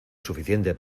suficiente